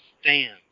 stand